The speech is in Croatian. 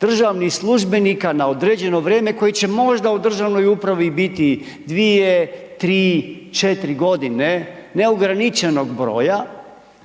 državnih službenika na određeno vrijeme, koji će možda u državnoj upravi biti 2, 3, 4 g. neograničenog broja